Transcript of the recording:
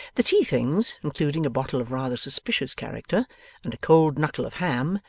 the tea-things, including a bottle of rather suspicious character and a cold knuckle of ham,